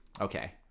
Okay